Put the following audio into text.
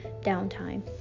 downtime